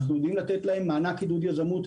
אנחנו יודעים לתת להם מענק עידוד יזמות,